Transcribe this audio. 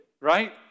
Right